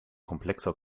komplexer